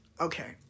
Okay